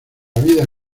vida